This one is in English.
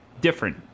different